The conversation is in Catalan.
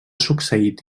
succeït